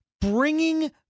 bringing